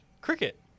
cricket